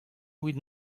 evit